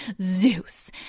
Zeus